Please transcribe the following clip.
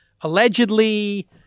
allegedly